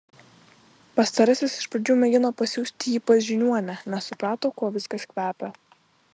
pastarasis iš pradžių mėgino pasiųsti jį pas žiniuonę nes suprato kuo viskas kvepia